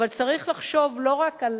צריך לחשוב לא רק על